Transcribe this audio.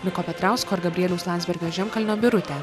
miko petrausko ir gabrieliaus landsbergio žemkalnio birutę